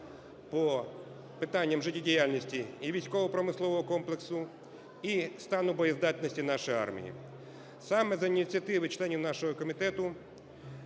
по питанням життєдіяльності і військово-промислового комплексу, і стану боєздатності нашої армії. Саме за ініціативи членів нашого комітету